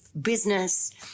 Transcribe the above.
business